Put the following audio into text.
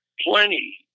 plenty